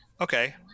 Okay